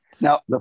Now